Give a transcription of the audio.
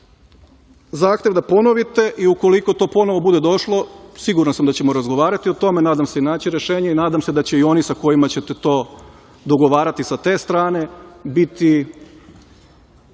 zahtev da ponovite i ukoliko to ponovo bude došlo, siguran sam da ćemo razgovarati o tome, nadam se i naći rešenje i nadam se da će i oni sa kojima ćete to dogovarati sa te strane biti